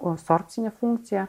o sorbcinę funkciją